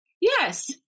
Yes